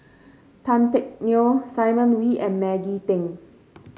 Tan Teck Neo Simon Wee and Maggie Teng